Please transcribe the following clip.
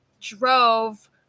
drove